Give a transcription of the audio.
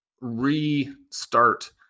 restart